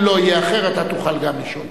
אם לא יהיה אחר, גם אתה תוכל לשאול.